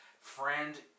friend